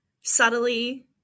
subtly